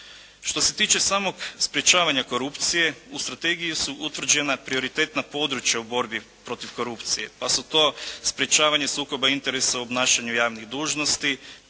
Što se tiče samog sprečavanja korupcije u strategiji su utvrđena prioritetna područja u borbi protiv korupcije, pa su to sprečavanje sukoba interesa u obnašanju javnih dužnosti,